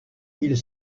ils